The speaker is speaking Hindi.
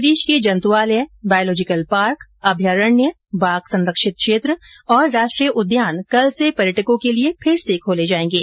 प्रदेश के जंतुआलय बायोलॉजिकल पार्क अभ्यारण्य बाघ संरक्षित क्षेत्र और राष्ट्रीय उद्यान कल से पर्यटकों के लिये फिर से खोले जायेंगे